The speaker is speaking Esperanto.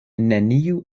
neniu